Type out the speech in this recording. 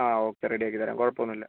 ആ ഓക്കെ റെഡിയാക്കി തരാം കുഴപ്പം ഒന്നും ഇല്ല